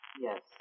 Yes